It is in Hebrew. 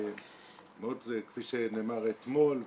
כפי שנאמר אתמול,